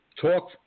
talk